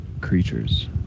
creatures